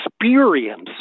experience